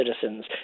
citizens